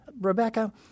Rebecca